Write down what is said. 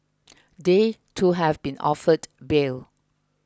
they too have been offered bail